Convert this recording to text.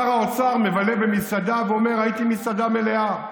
שר האוצר מבלה במסעדה ואומר: ראיתי מסעדה מלאה.